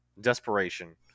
desperation